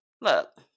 look